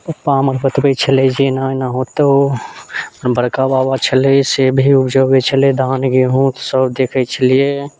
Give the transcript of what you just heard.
पप्पा हमर बतबै छलै जे एना एना होतौ हमर बड़का बाबा छलै से भी उपजबै छलै धान गेहूँ सब देखै छलियै